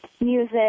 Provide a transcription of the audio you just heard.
music